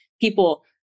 people